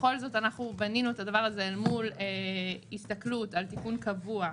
ובכל זאת בנינו את הדבר הזה אל מול הסתכלות על תיקון קבוע.